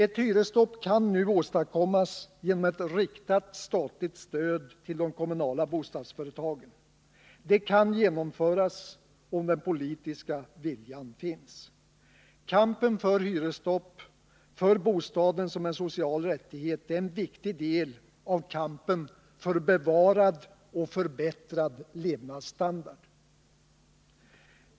Ett hyresstopp kan nu åstadkommas genom ett riktat statligt stöd till de kommunala bostadsföretagen, och det kan genomföras om den politiska viljan finns. Kampen för hyresstopp, för bostaden som en social rättighet är en viktig del av kampen för bevarad och förbättrad levnadsstandard.